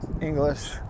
English